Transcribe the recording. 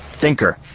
Thinker